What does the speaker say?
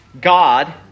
God